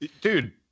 Dude